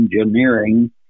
engineering